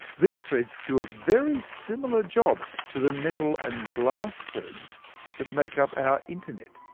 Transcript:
these threads do a very similar job to the metal and glass threads that make up our internet.